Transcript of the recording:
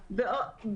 בבקשה.